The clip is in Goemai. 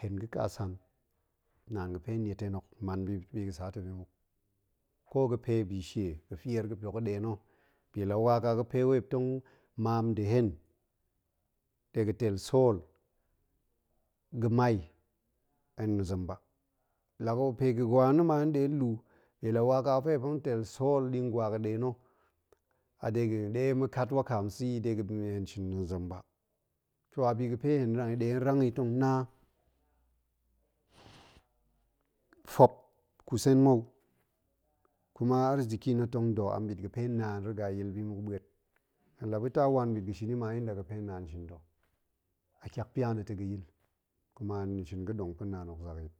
hen ga̱ka san naan ga̱oe niet hen, hok man bi ga̱sa ta̱ bi muk, ko ga̱pe bishie ga̱fier gədok ga̱ɗe na̱ bi la wa ka ga̱pe muop tong maam nda̱ hen, muop dega̱ teel sool ga̱mai, hen zem ba mp ga̱wa na̱ ma hen nɗe nlu, bi la wa ka ga̱pe muop teel sool ɗi ngwa ga̱ɗe na̱ a dega̱ ɗe ma̱kat wakaam sa yi dega̱ shin, hen zem ba, toh a bi gape hen nɗe nong rang yi tong na tp kus hen mnu, kuma arziki na̱ tong da̱ amɓit ga̱pe naan riga yil bi muk ɓust, hen la ba̱ taa wan mbit ga̱ shini ma a yada ga̱pe naan shin ta̱ a tyakpya na̱ ta̱ ga̱yil, kuma hen shinɗong pa̱ naan hok zakyit